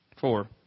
four